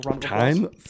time